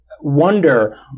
wonder